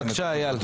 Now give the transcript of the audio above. בבקשה, אייל.